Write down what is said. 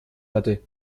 hatte